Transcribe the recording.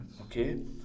Okay